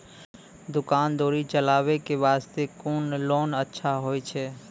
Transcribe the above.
दुकान दौरी चलाबे के बास्ते कुन लोन अच्छा होय छै?